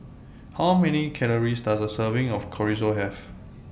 How Many Calories Does A Serving of Chorizo Have